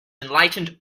enlightened